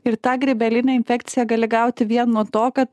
ir tą grybelinę infekciją gali gauti vien nuo to kad